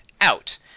out